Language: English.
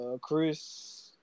Chris